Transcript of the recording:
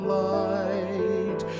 light